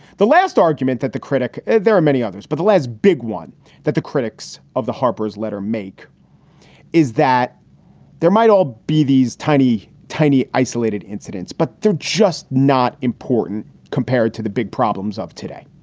the last argument that the critic. there are many others, but the less big one that the critics of the harper's letter make is that there might all be these tiny, tiny, isolated incidents, but they're just not important compared to the big problems of today.